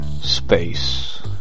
space